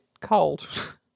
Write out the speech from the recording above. cold